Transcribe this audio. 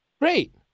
Great